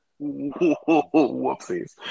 Whoopsies